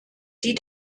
die